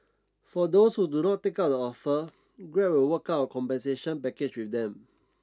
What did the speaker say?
for those who do not take up the offer Grab will work out compensation package with them